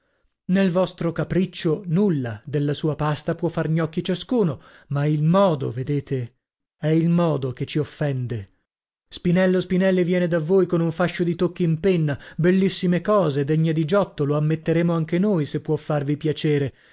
nel vostro capriccio nulla della sua pasta può far gnocchi ciascuno ma il modo vedete è il modo che ci offende spinello spinelli viene da voi con un fascio di tocchi in penna bellissime cose degne di giotto lo ammetteremo anche noi se può farvi piacere